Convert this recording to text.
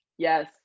Yes